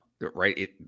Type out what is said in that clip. right